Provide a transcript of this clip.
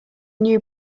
new